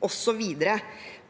osv. derfra.